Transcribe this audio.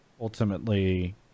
ultimately